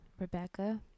Rebecca